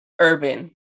urban